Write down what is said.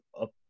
up